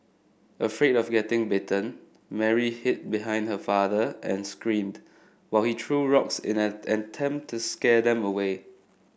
afraid of getting bitten Mary hid behind her father and screamed while he threw rocks in an attempt to scare them away